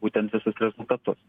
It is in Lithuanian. būtent visus rezultatus